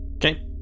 Okay